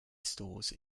stores